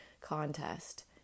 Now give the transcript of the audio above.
contest